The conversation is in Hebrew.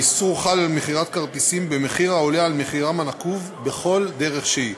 האיסור חל על מכירת כרטיסים במחיר העולה על מחירם הנקוב בכל דרך שהיא.